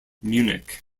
munich